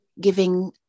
Giving